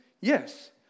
Yes